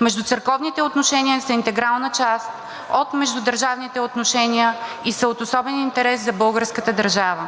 Междуцърковните отношения са интегрална част от междудържавните отношения и са от особен интерес за българската държава.